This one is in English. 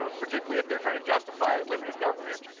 so particularly if they're trying to justify limited government.